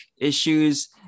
issues